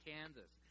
Kansas